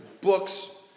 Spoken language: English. books